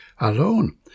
alone